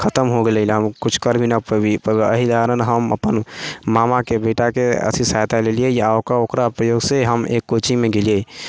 खतम हो गेलै हम किछु कर भी नहि पयली एहि कारण हम अपन मामाके बेटाके अथी सहायता लेलियै आ ओकरा सहयोग से हम एक कोचिङ्गमे गेलियै